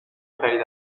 خرید